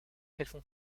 qu’elles